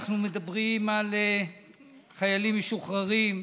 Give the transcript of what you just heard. אנחנו מדברים על חיילים משוחררים,